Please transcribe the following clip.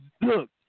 Look